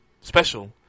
special